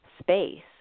space